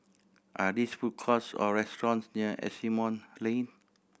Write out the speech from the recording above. are this food courts or restaurants near Asimont Lane